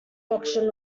auction